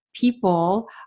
people